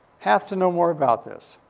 have to know more about this.